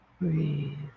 Breathe